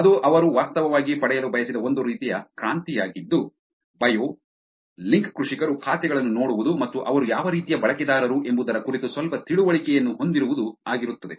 ಅದು ಅವರು ವಾಸ್ತವವಾಗಿ ಪಡೆಯಲು ಬಯಸಿದ ಒಂದು ರೀತಿಯ ಕ್ರಾಂತಿಯಾಗಿದ್ದು ಬಯೋ ಲಿಂಕ್ ಕೃಷಿಕರು ಖಾತೆಗಳನ್ನು ನೋಡುವುದು ಮತ್ತು ಅವರು ಯಾವ ರೀತಿಯ ಬಳಕೆದಾರರು ಎಂಬುದರ ಕುರಿತು ಸ್ವಲ್ಪ ತಿಳುವಳಿಕೆಯನ್ನು ಹೊಂದಿರುವುದು ಆಗಿರುತ್ತದೆ